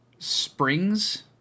Springs